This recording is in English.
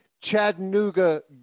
Chattanooga